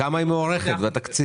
בכמה היא מוערכת בתקציב?